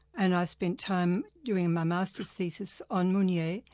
and i spent time during my master's thesis on munier,